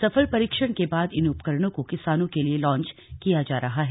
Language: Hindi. सफल परीक्षण के बाद इन उपकरणों को किसानों के लिए लॉन्च किया जा रहा है